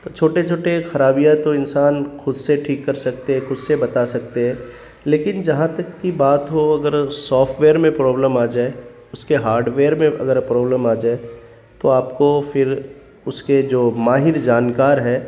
تو چھوٹے چھوٹے خرابیاں تو انسان خود سے ٹھیک کر سکتے ہے خود سے بتا سکتے ہیں لیکن جہاں تک کی بات ہو اگر سافٹ ویئر میں پرابلم آ جائے اس کے ہارڈ ویئر میں اگر پرابلم آ جائے تو آپ کو پھر اس کے جو ماہر جانکار ہے